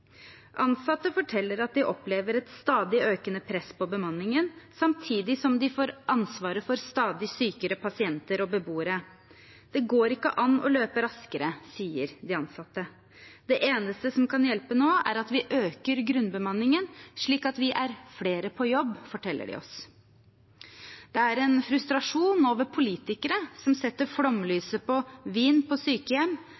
Ansatte forteller at de opplever et stadig økende press på bemanningen, samtidig som de får ansvaret for stadig sykere pasienter og beboere. Det går ikke an å løpe raskere, sier de ansatte. Det eneste som kan hjelpe nå, er at man øker grunnbemanningen, slik at de er flere på jobb, forteller de oss. Det er en frustrasjon over politikere som setter